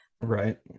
Right